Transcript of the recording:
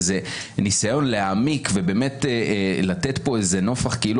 איזה ניסיון להעמיק ובאמת לתת פה איזה נופך כאילו